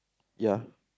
ya